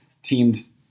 teams